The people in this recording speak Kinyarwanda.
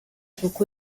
kuko